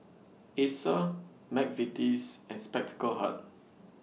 Acer Mcvitie's and Spectacle Hut